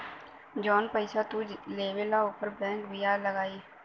जौन पइसा तू लेबा ऊपर बैंक बियाज लगाई